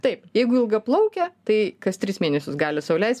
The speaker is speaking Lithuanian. taip jeigu ilgaplaukė tai kas tris mėnesius gali sau leis